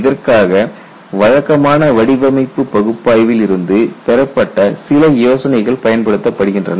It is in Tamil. இதற்காக வழக்கமான வடிவமைப்பு பகுப்பாய்வில் இருந்து பெறப்பட்ட சில யோசனைகள் பயன்படுத்தப்படுகின்றன